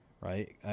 right